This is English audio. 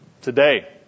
today